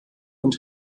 und